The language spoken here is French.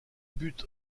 buts